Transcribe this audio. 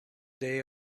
day